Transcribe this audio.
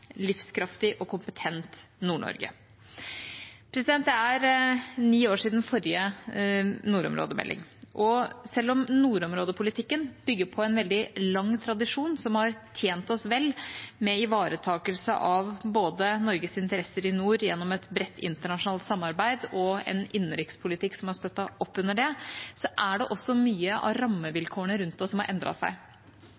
livskraftig og kompetent Nord-Norge. Det er ni år siden forrige nordområdemelding. Selv om nordområdepolitikken bygger på en veldig lang tradisjon som har tjent oss vel, med ivaretakelse av Norges interesser i nord både gjennom et bredt internasjonalt samarbeid og en innenrikspolitikk som har støttet opp under det, er det også mange av